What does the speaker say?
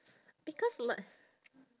because like